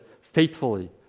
faithfully